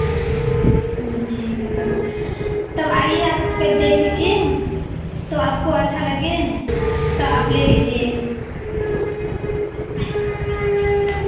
ठीक है तब तब आईए आप उजको देख लीजिए तो आपको अच्छा लगे तो आप ले लीजिए